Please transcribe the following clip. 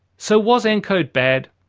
so was encode bad?